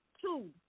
Two